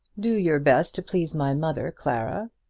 do your best to please my mother, clara,